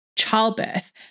Childbirth